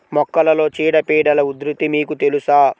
మొక్కలలో చీడపీడల ఉధృతి మీకు తెలుసా?